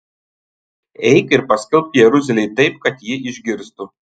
eik ir paskelbk jeruzalei taip kad ji išgirstų